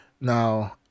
now